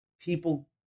people